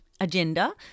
agenda